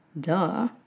duh